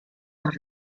los